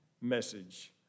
message